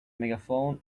megaphone